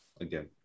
again